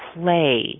play